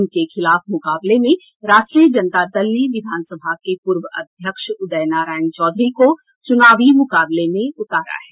उनके खिलाफ मुकाबले में राष्ट्रीय जनता दल ने विधान सभा के पूर्व अध्यक्ष उदय नारायण चौधरी को चुनावी मुकाबले में उतारा है